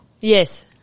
Yes